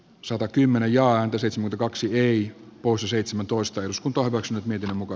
sota kymmenen ja antoi seitsemän kaksi veikko seitsemäntoista jos kunto ovat nyt miten muka